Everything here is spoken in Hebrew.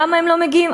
למה הם לא מגיעים?